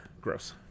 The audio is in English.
gross